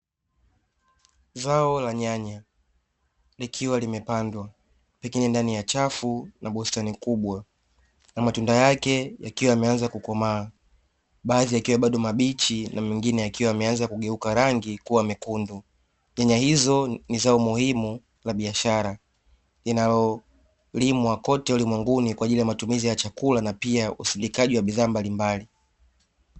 Zao la nyanya likiwa limepandwa, pengine ndani ya chafu na bustani kubwa na matunda yake yakiwa yameanza kukomaa, baadhi yakiwa bado mabichi na mengine yakiwa yameanza kugeuka rangi kuwa mekundu. Nyanya hizo ni zao muhimu la biashara linalolimwa kote ulimwenguni kwa ajili ya matumizi ya chakula na pia usindikaji wa bidhaa mbalimbali.